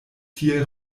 tie